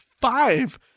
five